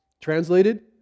Translated